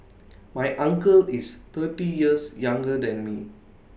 my uncle is thirty years younger than me